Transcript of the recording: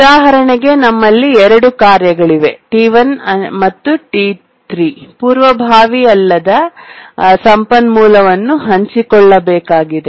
ಉದಾಹರಣೆಗೆ ನಮ್ಮಲ್ಲಿ 2 ಕಾರ್ಯಗಳಿವೆ T1 ಮತ್ತು T3 ಪೂರ್ವಭಾವಿ ಅಲ್ಲದ ನಾನ್ ಪ್ರೀಂಪ್ಟಬಲ್ ಸಂಪನ್ಮೂಲವನ್ನು ಹಂಚಿಕೊಳ್ಳಬೇಕಾಗಿದೆ